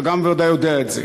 אתה ודאי יודע גם את זה.